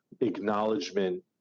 acknowledgement